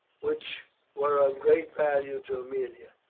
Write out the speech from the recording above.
which were of great value, to aemilia.